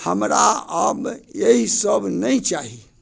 हमरा आब एहिसब नहि चाही